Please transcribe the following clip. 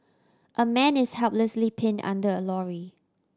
a man is helplessly pinned under a lorry